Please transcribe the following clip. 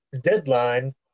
Deadline